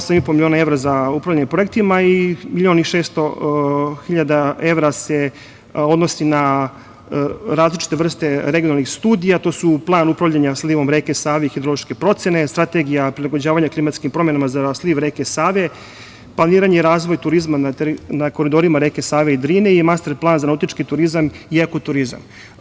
Osam i po miliona evra za upravljanje projektima i miliona i 600 hiljada evra se odnosi na različite vrste regionalnih studija, to su plan upravljanja slivom reke Save i hidrološke procene, strategija prilagođavanja klimatskim promenama za sliv reke Save, planiranje i razvoj turizma na koridorima reke Save i Drine i master plan za nautički turizam i ekoturizam.